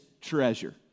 treasure